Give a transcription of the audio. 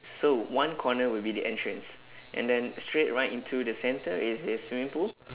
so one corner will be the entrance and then straight right into the centre is the swimming pool